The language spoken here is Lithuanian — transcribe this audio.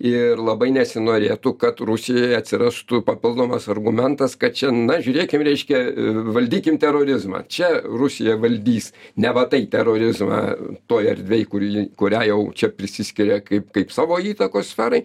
ir labai nesinorėtų kad rusijoj atsirastų papildomas argumentas kad čia na žiūrėkim reiškia valdykim terorizmą čia rusija valdys neva tai terorizmą toj erdvėj kurį kurią jau čia prisiskiria kaip kaip savo įtakos sferai